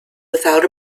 without